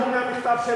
אדוני השר,